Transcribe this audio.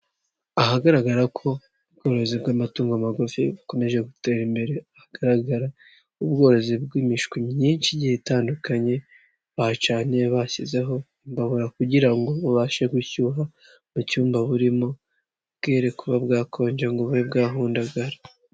Ahagaragara ko ubworozi bw'amatungo magufi bukomeje gutera imbere, hagaragara ubworozi bw'imishwi myinshi igiye itandukanye bacaniye bashyizeho imbaburara kugira ngo bubashe gushyuha mu cyumba burimo bwere kuba bwakonja ngo bube bwahondagara.